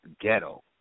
ghetto